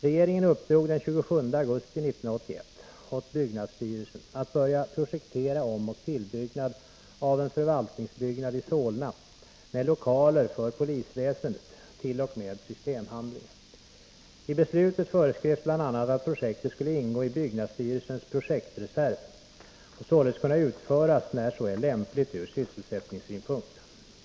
Regeringen uppdrog den 27 augusti 1981 åt byggnadsstyrelsen att börja projektera omoch tillbyggnad av en förvaltningsbyggnad i Solna med lokaler för polisväsendet t.o.m. systemhandlingar. I beslutet föreskrevs bl.a. att projektet skulle ingå i byggnadsstyrelsens projektreserv och således kunna utföras när så är lämpligt ur sysselsättningssynpunkt.